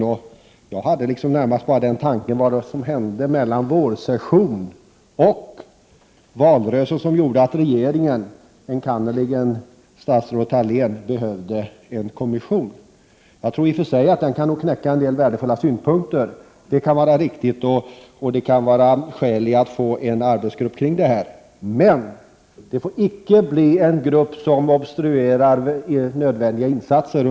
Min tanke gällde närmast vad det var som hände mellan vårsessionen och valrörelsen som gjorde att regeringen, enkannerligen statsrådet Thalén, behövde en kommission. Jag tror i och för sig att den kan lägga fram en del värdefulla synpunkter och att det kan finnas skäl att ha en arbetsgrupp i denna fråga. Det får emellertid inte bli en grupp som under tiden obstruerar nödvändiga insatser.